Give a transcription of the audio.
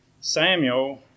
Samuel